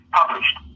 published